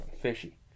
Fishy